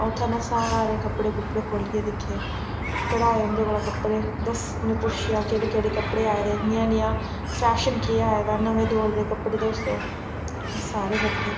उत्थें में सारे कपड़े कुपड़े खोह्लियै दिक्खे कड़ाए उं'दे कोला कपड़े दस्स उनेंगी पुच्छेआ केह्ड़े केह्ड़े कपड़े आए दे नेहा नेहा फैशन केह् ऐ आए दा नमें दौर दे कपड़े दस्सो उनें सारे कड्डे